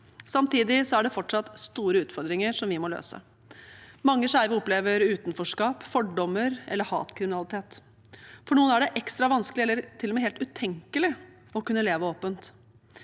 Samtidig er det fortsatt store utfordringer som vi må løse. Mange skeive opplever utenforskap, fordommer og hatkriminalitet. For noen er det ekstra vanskelig eller til og med helt utenkelig å kunne leve åpent.